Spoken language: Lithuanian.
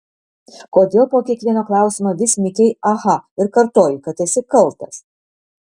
kodėl po kiekvieno klausimo vis mykei aha ir kartojai kad esi kaltas